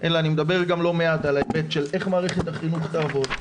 אלא אני מדבר גם לא מעט על ההיבט של איך מערכת החינוך תעבוד,